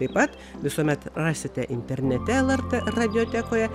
taip pat visuomet rasite internete lrt radiotekoje